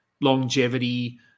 longevity